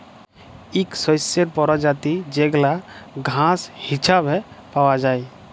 ইক শস্যের পরজাতি যেগলা ঘাঁস হিছাবে পাউয়া যায়